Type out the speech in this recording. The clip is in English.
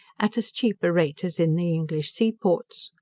at as cheap a rate as in the english sea-ports.